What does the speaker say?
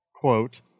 quote